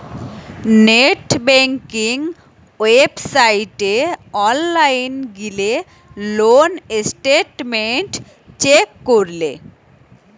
net banking ওয়েবসাইটে online গিলে loan statement check করলে